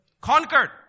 Conquered